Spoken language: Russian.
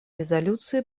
резолюции